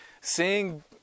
seeing